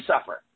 suffer